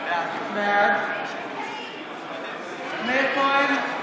בעד מאיר כהן,